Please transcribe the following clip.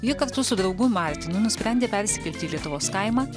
ji kartu su draugu martinu nusprendė persikelti į lietuvos kaimą